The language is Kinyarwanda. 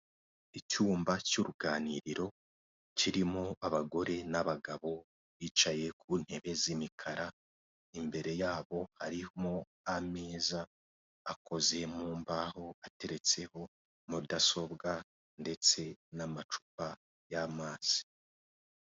Icyumba cy'uruganiriro kirimo abagore n'abagabo bicaye ku ntebe z'imikara, imbere yabo harimo ameza akoze mu mbaho, ateretseho mudasobwa ndetse n'amacupa y'amazi.